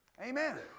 Amen